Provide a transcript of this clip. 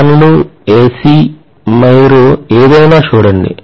ఫేన్ లు ఎసి మీరు ఏదయినా చుడండి